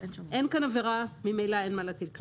אין כאן עבירה וממילא אין מה להטיל קנס.